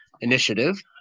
initiative